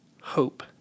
hope